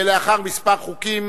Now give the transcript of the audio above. לאחר כמה חוקים,